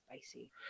spicy